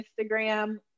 Instagram